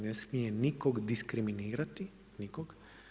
Ne smije nikoga diskriminirati, nikog.